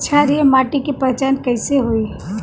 क्षारीय माटी के पहचान कैसे होई?